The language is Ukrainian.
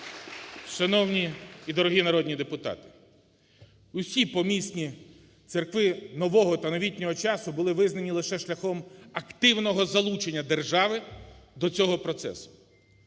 Шановні і дорогі народні депутати, усі помісні церкви нового та новітнього часу були визнані лише шляхом активного залучення держави до цього процесу.